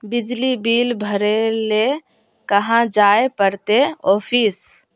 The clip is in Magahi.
बिजली बिल भरे ले कहाँ जाय पड़ते ऑफिस?